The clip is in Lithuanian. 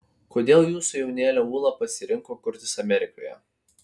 kodėl jūsų jaunėlė ūla pasirinko kurtis amerikoje